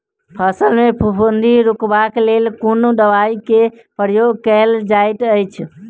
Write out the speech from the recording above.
फसल मे फफूंदी रुकबाक लेल कुन दवाई केँ प्रयोग कैल जाइत अछि?